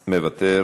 מוותר,